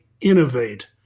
innovate